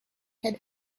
had